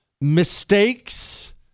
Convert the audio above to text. mistakes